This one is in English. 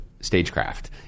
stagecraft